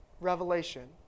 Revelation